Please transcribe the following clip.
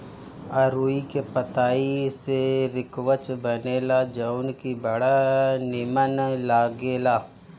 अरुई के पतई से रिकवच बनेला जवन की बड़ा निमन लागेला